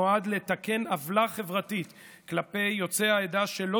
נועד לתקן עוולה חברתית כלפי יוצאי העדה שלא